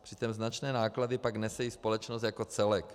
Přitom značné náklady potom nese i společnost jako celek.